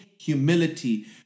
humility